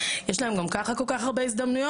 יש להם גם ככה כל כך הרבה הזדמנויות,